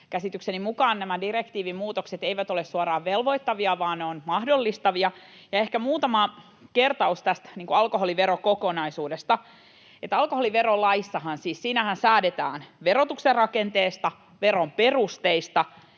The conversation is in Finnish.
käsitykseni mukaan nämä direktiivimuutokset eivät ole suoraan velvoittavia, vaan ne ovat mahdollistavia. Ehkä muutama kertaus tästä alkoholiverokokonaisuudesta: Alkoholiverolaissahan siis säädetään verotuksen rakenteesta, veron perusteista,